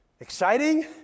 Exciting